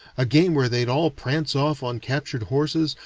a game where they'd all prance off on captured horses,